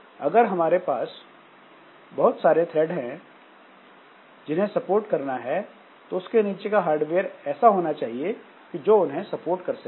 अगर आपके पास बहुत सारे थ्रेड हैं जिन्हें सपोर्ट करना है तो उसके नीचे का हार्डवेयर ऐसा होना चाहिए कि जो उन्हें सपोर्ट कर सकें